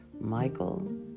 Michael